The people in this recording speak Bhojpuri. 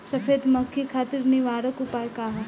सफेद मक्खी खातिर निवारक उपाय का ह?